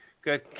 good